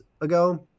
ago